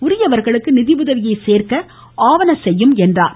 உரியவர்களுக்கு நிதியுதவியை சேர்க்க ஆவன செய்யும் என்றார்